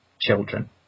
children